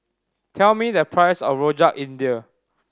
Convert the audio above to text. tell me the price of Rojak India